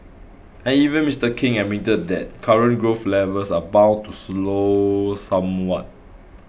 and even Mister King admitted that current growth levels are bound to slow somewhat